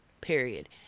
period